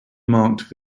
marked